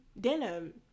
denim